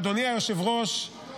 אדוני היושב-ראש,